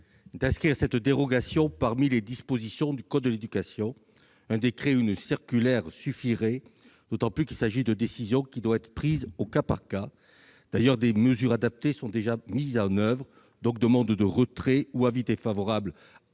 d'inscrire cette dérogation parmi les dispositions du code de l'éducation : un décret ou une circulaire suffirait, d'autant qu'il s'agit de décisions qui doivent être prises au cas par cas. D'ailleurs, des mesures adaptées sont déjà mises en oeuvre. La commission demande donc le retrait de ces amendements